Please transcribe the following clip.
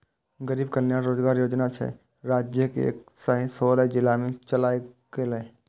गरीब कल्याण रोजगार योजना छह राज्यक एक सय सोलह जिला मे चलायल गेलै